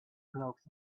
cloaks